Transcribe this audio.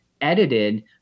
edited